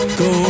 go